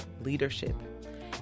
leadership